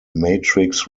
matrix